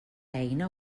eina